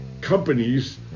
companies